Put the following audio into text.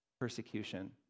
persecution